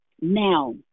now